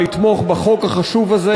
לתמוך בחוק החשוב הזה,